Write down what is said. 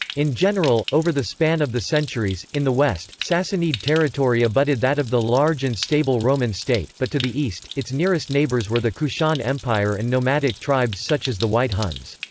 in general, over the span of the centuries, in the west, sassanid territory abutted that of the large and stable roman state, but to the east, its nearest neighbors were the kushan empire and nomadic tribes such as the white huns.